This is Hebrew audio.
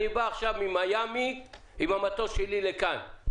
נאמר שאני בא ממיאמי עם המטוס שלי לכאן.